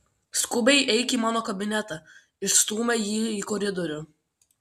skubiai eik į mano kabinetą išstūmė jį į koridorių